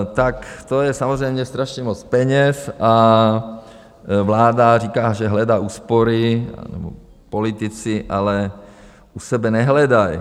Tak to je samozřejmě strašně moc peněz a vláda říká, že hledá úspory, nebo politici, ale u sebe nehledají.